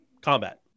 combat